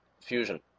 fusion